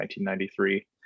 1993